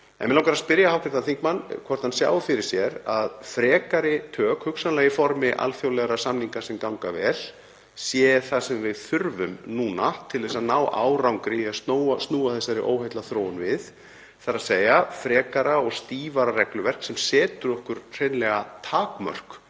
En mig langar að spyrja hv. þingmann hvort hann sjái fyrir sér að frekari tök, hugsanlega í formi alþjóðlegra samninga sem ganga vel, sé það sem við þurfum núna til að ná árangri í að snúa þessari óheillaþróun við, þ.e. frekara og stífara regluverk sem setur okkur hreinlega takmörk